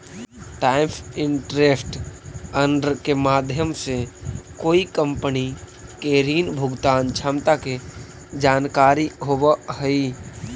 times interest earned के माध्यम से कोई कंपनी के ऋण भुगतान क्षमता के जानकारी होवऽ हई